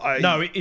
No